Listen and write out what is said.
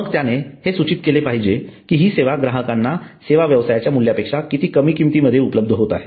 मग त्याने हे सूचित केले पाहिजे की ही सेवा ग्राहकांना सेवा व्यवसायाच्या मूल्यापेक्षा किती कमी किमतीमध्ये उपलब्ध होत आहे